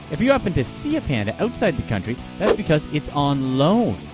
if you happen to see a panda outside the country, that's because it's on loan!